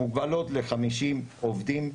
מוגבלות ל-50 עובדים,